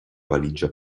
valigia